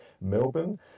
Melbourne